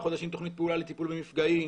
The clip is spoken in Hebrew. חודשים תוכנית פעולה לטיפול במפגעים,